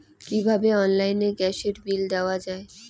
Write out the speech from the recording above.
কিভাবে অনলাইনে গ্যাসের বিল দেওয়া যায়?